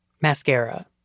mascara